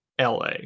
LA